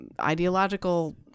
ideological